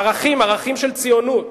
ערכים, ערכים של ציונות.